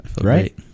Right